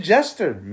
Jester